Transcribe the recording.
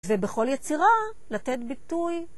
ובכל יצירה, לתת ביטוי.